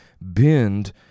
bend